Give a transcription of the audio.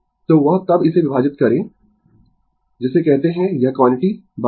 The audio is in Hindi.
तो वह तब इसे विभाजित करें जिसे कहते है यह क्वांटिटी 1323 और गुणा करें